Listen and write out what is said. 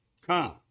come